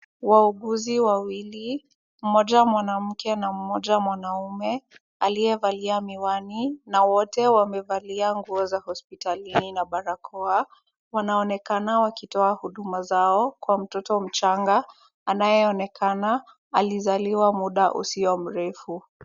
Wauguzi wawili, mmoja mwanamke na mmoja mwanamume aliyevalia miwani na wote wamevalia nguo za hospitalini na barakoa, wanaonekana wakitoa huduma zao kwa mtoto mchanga anayeonekana alizaliwa muda usio mrefu.